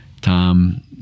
Tom